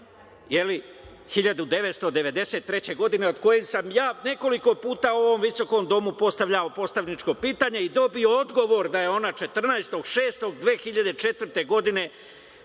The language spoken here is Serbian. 1993. godine, o kojem sam ja nekoliko puta u ovom visokom domu postavljao poslaničko pitanje i dobio odgovor da je ona 14. 6. 2004. godine